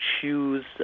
choose